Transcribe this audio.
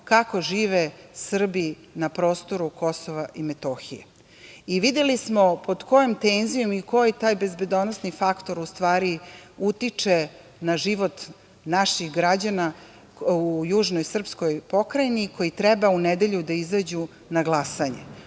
kako žive Srbi na prostoru Kosova i Metohije i videli smo pod kojom tenzijom i koji taj bezbedonosni faktor, u stvari, utiče na život naših građana u južnoj srpskoj pokrajini, koji treba u nedelju da izađu na glasanje.